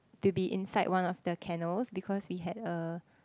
to be inside one of the kennels because we had a